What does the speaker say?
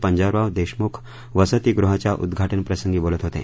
पंजाबराव देशमुख वसतिगृहाच्या उद्घाटनप्रसंगी बोलत होते